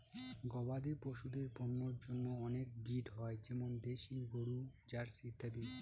গবাদি পশুদের পন্যের জন্য অনেক ব্রিড হয় যেমন দেশি গরু, জার্সি ইত্যাদি